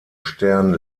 stern